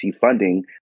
funding